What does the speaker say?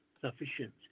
sufficient